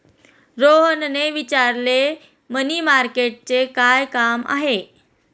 रोहनने विचारले, मनी मार्केटचे काय काम आहे?